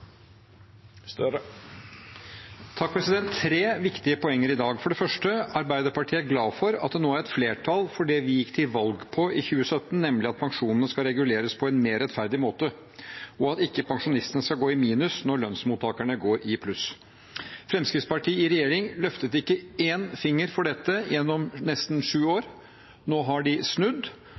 tre viktige poenger i dag. For det første: Arbeiderpartiet er glad for at det nå er et flertall for det vi gikk til valg på i 2017, nemlig at pensjonene skal reguleres på en mer rettferdig måte, og at ikke pensjonistene skal gå i minus når lønnsmottakerne går i pluss. Fremskrittspartiet i regjering løftet ikke en finger for dette gjennom nesten sju